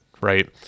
right